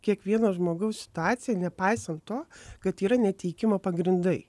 kiekvieno žmogaus situaciją nepaisant to kad yra neteikimo pagrindai